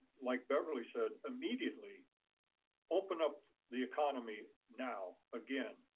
like beverly said, immediately open up the economy now again,